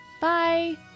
Bye